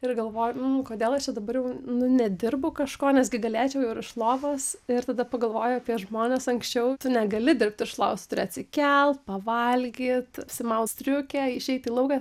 ir galvoju nu kodėl aš čia dabar jau nu nedirbu kažko nes gi galėčiau ir iš lovos ir tada pagalvoju apie žmones anksčiau tu negali dirbt iš lovos tu turi atsikelt pavalgyt užsimaut striukę išeit į lauką